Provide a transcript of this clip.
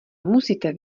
musíte